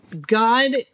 God